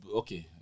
okay